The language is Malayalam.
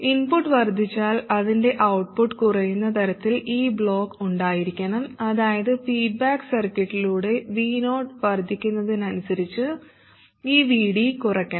ഇൻപുട്ട് വർദ്ധിച്ചാൽ അതിന്റെ ഔട്ട്പുട്ട് കുറയുന്ന തരത്തിൽ ഈ ബ്ലോക്ക് ഉണ്ടായിരിക്കണം അതായത് ഫീഡ്ബാക്ക് സർക്യൂട്ടിലൂടെ Vo വർദ്ധിക്കുന്നതിനനുസരിച്ച് ഈ Vd കുറയ്ക്കണം